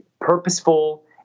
purposeful